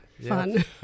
fun